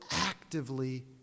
actively